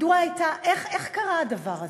איך קרה הדבר הזה?